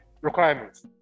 requirements